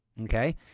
Okay